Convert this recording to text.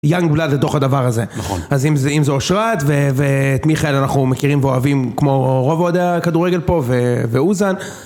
יאנג נולד לתוך הדבר הזה, אז אם זה אושרת ואת מיכאל אנחנו מכירים ואוהבים כמו רוב אוהדי הכדורגל פה ואוזן